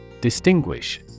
Distinguish